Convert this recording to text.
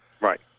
Right